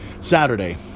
Saturday